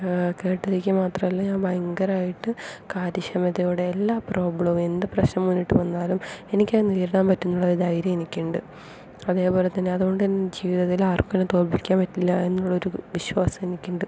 കേട്ടുനിൽക്കുക മാത്രമല്ല ഞാൻ ഭയങ്കരമായിട്ട് കാര്യക്ഷമതയോടെ എല്ലാ പ്രോബ്ളവും എന്ത് പ്രശ്നം മുന്നിട്ടു വന്നാലും എനിക്ക് അത് നേരിടാൻ പറ്റും എന്നൊരു ധൈര്യം എനിക്ക് ഉണ്ട് അതേപോലെ തന്നെ അതുകൊണ്ട് എനിക്ക് ജീവിതത്തിൽ ആർക്കും എന്നെ തോൽപ്പിക്കാൻ പറ്റില്ല എന്നുള്ളൊരു വിശ്വാസം എനിക്കുണ്ട്